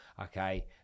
Okay